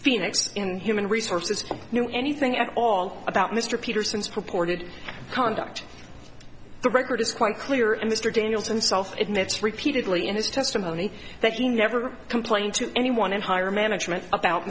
phoenix in human resources knew anything at all about mr peterson's purported conduct the record is quite clear and mr daniels unself admits repeatedly in his testimony that he never complained to anyone in higher management about